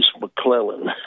McClellan